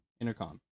intercom